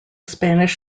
spanish